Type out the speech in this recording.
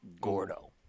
Gordo